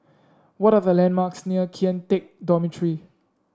what are the landmarks near Kian Teck Dormitory